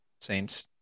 Saints